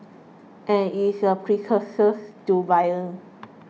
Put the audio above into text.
and it is a precursors to violence